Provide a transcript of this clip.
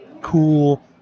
cool